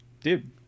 dude